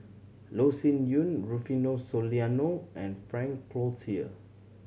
Loh Sin Yun Rufino Soliano and Frank Cloutier